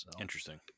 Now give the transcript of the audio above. Interesting